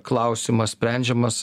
klausimas sprendžiamas